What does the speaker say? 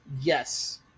yes